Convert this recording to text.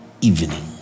evening